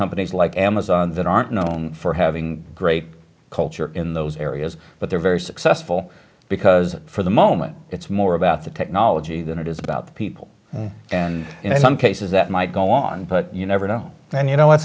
companies like amazon that aren't known for having great culture in those areas but they're very successful because for the moment it's more about the technology than it is about the people and in some cases that might go on but you never know when you know what